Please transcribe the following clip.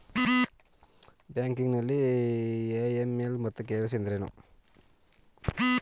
Banking ನಲ್ಲಿ AML ಮತ್ತು KYC ಎಂದರೇನು?